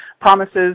promises